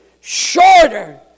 shorter